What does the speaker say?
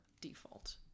default